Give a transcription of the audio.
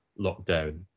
lockdown